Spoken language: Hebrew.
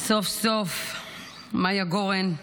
סוף-סוף מיה גורן,